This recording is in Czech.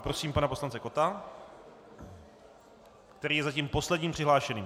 Prosím pana poslance Kotta, který je zatím posledním přihlášeným.